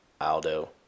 Aldo